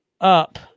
up